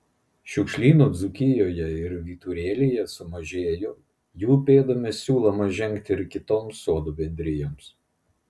šiukšlynų dzūkijoje ir vyturėlyje sumažėjo jų pėdomis siūloma žengti ir kitoms sodų bendrijoms